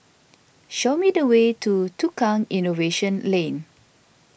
show me the way to Tukang Innovation Lane